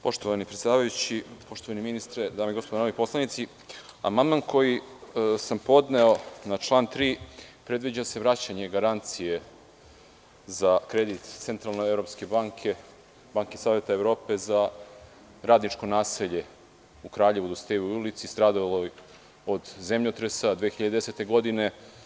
Poštovani predsedavajući, poštovani ministre, dame i gospodo narodni poslanici, amandman sam podneo na član 3. i predviđa se vraćanje garancije za kredit Centralno evropske banke, Banke Saveta Evrope za radničko naselje u Kraljevu, u Dositejevoj ulici, stradalom od zemljotresa 2010. godine.